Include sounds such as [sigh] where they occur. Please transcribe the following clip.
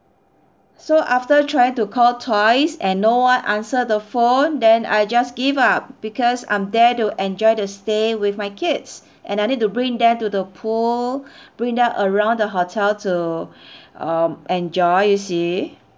so after trying to call twice and no one answer the phone then I just give up because I'm there to enjoy the stay with my kids and I need to bring them to the pool [breath] bring them around the hotel to [breath] um enjoy you see